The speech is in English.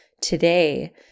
today